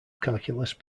calculus